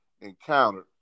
encountered